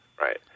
right